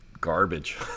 garbage